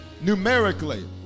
numerically